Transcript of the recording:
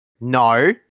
no